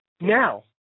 Now